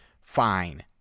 fine